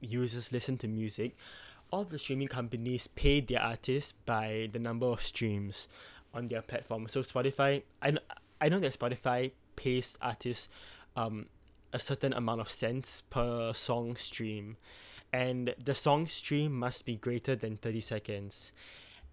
users listen to music all the streaming companies pay their artist by the number of streams on their platform so Spotify I I know that Spotify pays artist um a certain amount of cents per song streamed and the the songs streamed must be greater than thirty seconds